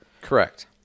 Correct